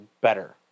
better